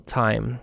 time